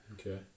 okay